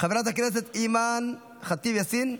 חברת הכנסת אימאן ח'טיב יאסין,